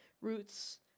roots